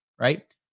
Right